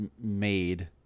made